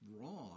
wrong